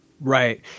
right